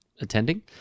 attending